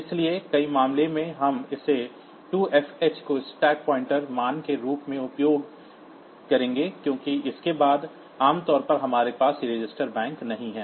इसलिए कई मामलों में हम इसे 2Fh को स्टैक पॉइंटर मान के रूप में उपयोग करेंगे क्योंकि उसके बाद आम तौर पर हमारे पास यह रजिस्टर बैंक नहीं है